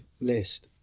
list